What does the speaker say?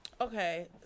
Okay